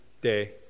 day